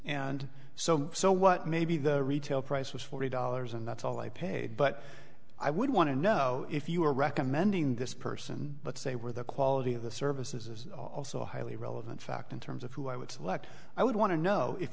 and so so what maybe the retail price was forty dollars and that's all i paid but i would want to know if you were recommending this person but say where the quality of the services is also highly relevant fact in terms of who i would select i would want to know if